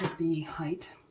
the height.